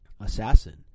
assassin